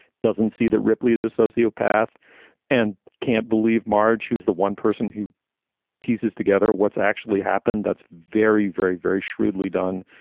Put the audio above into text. doesn't see that ripley as a sociopath and can't believe marge, who's the one person who pieces together. what's actually happened that's very, very, very shrewdly done